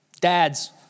Dads